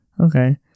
okay